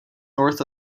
north